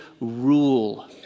rule